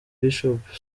bishop